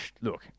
look